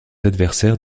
adversaires